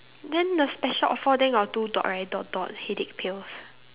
then the special offer there got two right dot dot headache pills